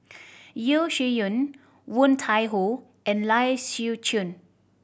Yeo Shih Yun Woon Tai Ho and Lai Siu Chiu